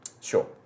Sure